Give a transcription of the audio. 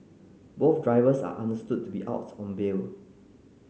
both drivers are understood to be out on bail